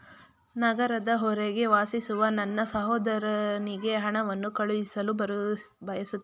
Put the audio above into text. ನಗರದ ಹೊರಗೆ ವಾಸಿಸುವ ನನ್ನ ಸಹೋದರನಿಗೆ ಹಣವನ್ನು ಕಳುಹಿಸಲು ಬಯಸುತ್ತೇನೆ